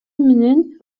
менен